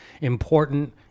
important